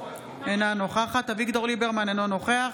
אינה נוכחת אביגדור ליברמן, אינו נוכח